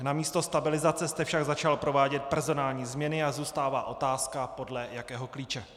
Namísto stabilizace jste však začal provádět personální změny a zůstává otázka, podle jakého klíče.